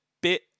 bit